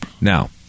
Now